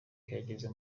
yageze